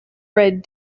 read